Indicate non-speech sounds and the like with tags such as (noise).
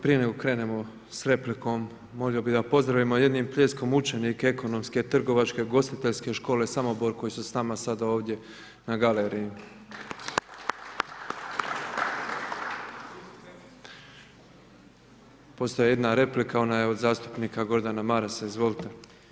Prije nego krenemo s replikom, molio bi da pozdravimo jednim pljeskom učenike Ekonomske, Trgovačke, Ugostiteljske škole Samobor koji su s nama sada ovdje na galeriji. (applause) Postoji jedna replika, ona je od zastupnika Gordana Marasa, izvolite.